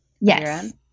Yes